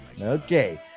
Okay